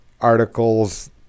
articles